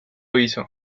hizo